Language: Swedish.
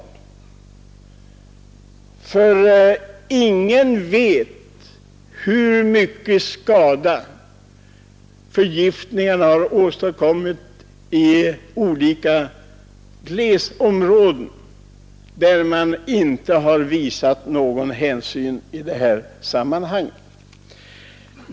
Ingen vet ju hur stora skador förgiftningarna har åstadkommit i glesområden, där man inte har visat någon hänsyn i detta sammanhang.